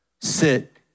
sit